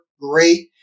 great